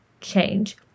change